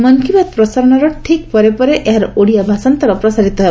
ମନ୍ କି ବାତ୍ ପ୍ରସାରଣର ଠିକ୍ ପରେ ପରେ ଏହାର ଓଡ଼ିଆ ଭାଷାନ୍ତର ପ୍ରସାରିତ ହେବ